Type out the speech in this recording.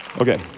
Okay